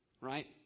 Right